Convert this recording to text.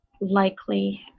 likely